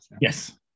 yes